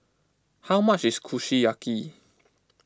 how much is Kushiyaki